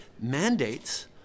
mandates